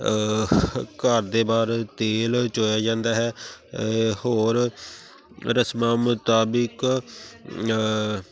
ਘਰ ਦੇ ਬਾਹਰ ਤੇਲ ਚੋਇਆ ਜਾਂਦਾ ਹੈ ਹੋਰ ਰਸਮਾਂ ਮੁਤਾਬਿਕ